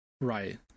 Right